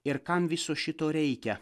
ir kam viso šito reikia